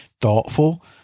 thoughtful